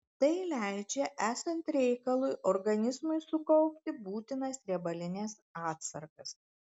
tai leidžia esant reikalui organizmui sukaupti būtinas riebalines atsargas